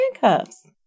handcuffs